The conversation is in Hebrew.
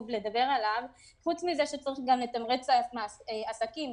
חוץ מזה שצריך לתמרץ עסקים